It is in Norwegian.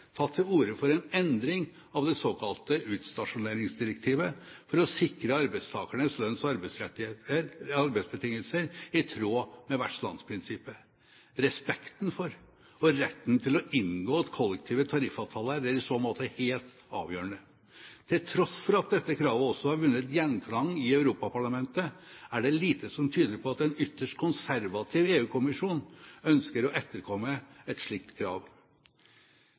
tatt til orde for en endring av det såkalte utstasjoneringsdirektivet for å sikre at arbeidstakernes lønns- og arbeidsbetingelser er i tråd med vertslandsprinsippet. Respekten for og retten til å inngå kollektive tariffavtaler er i så måte helt avgjørende. Til tross for at dette kravet også har vunnet gjenklang i Europaparlamentet, er det lite som tyder på at en ytterst konservativ EU-kommisjon ønsker å etterkomme et slikt krav.